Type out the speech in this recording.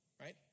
right